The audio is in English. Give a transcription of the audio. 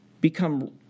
become